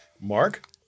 Mark